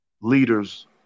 leaders